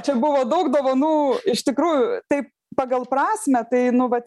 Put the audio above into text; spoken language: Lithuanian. čia buvo daug dovanų iš tikrųjų tai pagal prasmę tai nu vat